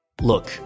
Look